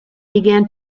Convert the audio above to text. began